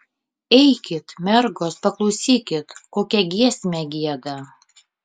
eikit mergos paklausykit kokią giesmę gieda